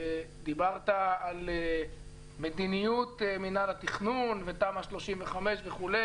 דיברת על מדיניות מנהל התכנון ותמ"א 35 וכו'.